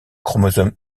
chromosome